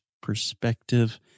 perspective